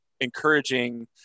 encouraging